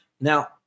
Now